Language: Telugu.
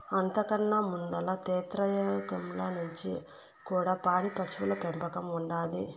అంతకన్నా ముందల త్రేతాయుగంల నుంచి కూడా పాడి పశువుల పెంపకం ఉండాది